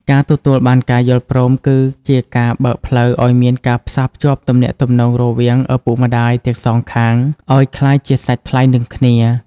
ការទទួលបានការយល់ព្រមគឺជាការបើកផ្លូវឱ្យមានការផ្សារភ្ជាប់ទំនាក់ទំនងរវាងឪពុកម្ដាយទាំងសងខាង ឱ្យក្លាយជាសាច់ថ្លៃនឹងគ្នា។